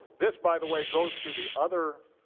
this, by the way, goes to the other